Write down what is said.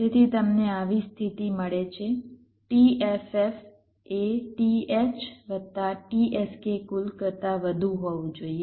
તેથી તમને આવી સ્થિતિ મળે છે t ff એ t h વત્તા t sk કુલ કરતાં વધુ હોવું જોઈએ